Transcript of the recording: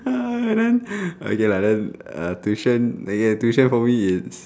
and then okay lah then uh tuition okay tuition probably is